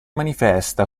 manifesta